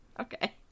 Okay